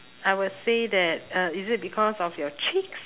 I would say that uh is it because of your cheeks